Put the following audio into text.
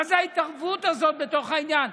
מה זה ההתערבות הזאת בתוך העניין?